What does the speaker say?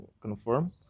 confirm